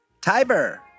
Tiber